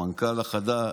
המנכ"ל החדש,